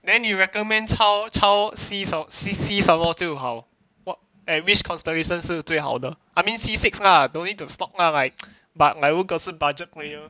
then 你 recommend child child C 什 C 什么就好 and which constellation 是最好的 I mean C six lah don't need to stock ah like but like 如果是 budget